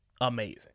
amazing